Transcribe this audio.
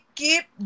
keep